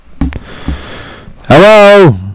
Hello